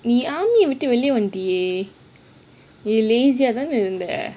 the army விட்டு வெளிய வந்துட்டியே நீ:vittu weliya wanthutiye nee lazy ah தானே இருந்த:thane iruntha